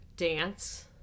Dance